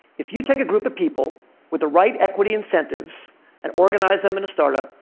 if you take a group of people with the right equity incentives and organize them in a startup,